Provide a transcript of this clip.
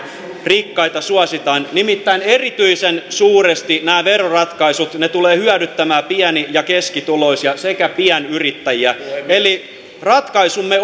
rikkaita suositaan nimittäin erityisen suuresti nämä veroratkaisut tulevat hyödyttämään pieni ja keskituloisia sekä pienyrittäjiä eli ratkaisumme